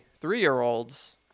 three-year-olds